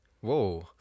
Whoa